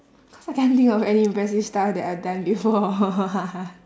cause I can't think of any impressive stuff that I've done before